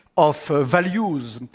of values,